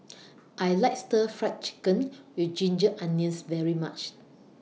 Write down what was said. I like Stir Fried Chicken with Ginger Onions very much